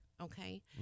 okay